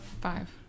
Five